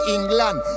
England